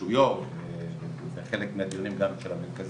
הענפים האולימפיים, וחלק מהדיונים גם של המרכזים.